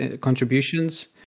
contributions